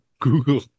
Google